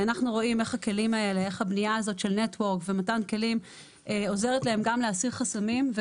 אנחנו רואים איך הכלים האלה ומתן כלים עוזרת להם גם להסיר חסמים,